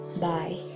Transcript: Bye